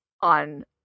on